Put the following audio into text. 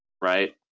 right